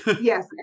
Yes